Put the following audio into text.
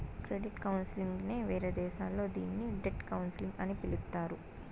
credit counselling నే వేరే దేశాల్లో దీన్ని డెట్ కౌన్సిలింగ్ అని పిలుత్తారు